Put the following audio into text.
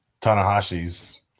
Tanahashi's